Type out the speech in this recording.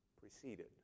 preceded